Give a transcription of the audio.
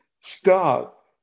stop